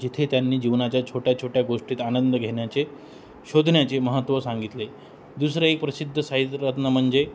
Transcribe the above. जिथे त्यांनी जीवनाच्या छोट्या छोट्या गोष्टीत आनंद घेण्याचे शोधण्याचे महत्त्व सांगितले दुसरं एक प्रसिद्ध साहित्य रत्न म्हणजे